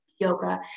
yoga